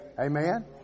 Amen